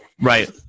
Right